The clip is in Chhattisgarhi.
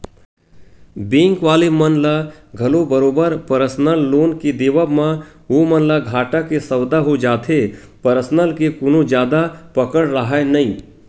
बेंक वाले मन ल घलो बरोबर परसनल लोन के देवब म ओमन ल घाटा के सौदा हो जाथे परसनल के कोनो जादा पकड़ राहय नइ